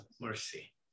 mercy